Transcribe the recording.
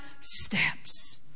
steps